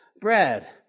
bread